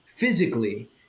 Physically